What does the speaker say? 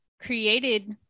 created